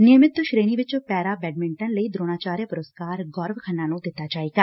ਨਿਯਮਿਤ ਸ੍ਰੇਣੀ ਵਿਚ ਪੈਰਾ ਬੈਡਮਿੰਟਨ ਲਈ ਦਰੋਣਾਚਾਰਿਆ ਪੁਰਸਕਾਰ ਗੋਰਵ ਖੰਨਾ ੂੰ ਦਿੱਤਾ ਜਾਏਗਾ